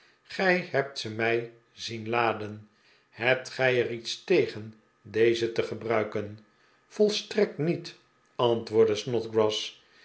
gij hebt ze mij zien laden hebt gij er iets tegen deze te gebruiken volstrekt niet antwoordde